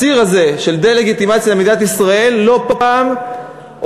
הציר הזה של דה-לגיטימציה למדינת ישראל לא פעם עובר,